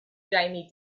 jamie